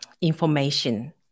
information